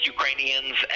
Ukrainians